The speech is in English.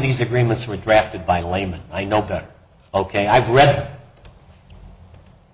these agreements were drafted by the layman i note that ok i've read